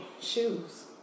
shoes